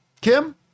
Kim